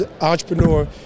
entrepreneur